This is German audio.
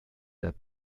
der